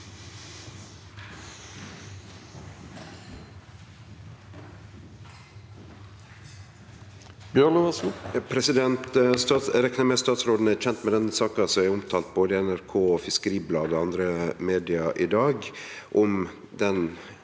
Eg reknar med at statsråden er kjend med den saka som er omtalt i både NRK, Fiskeribladet og andre media i dag: Den,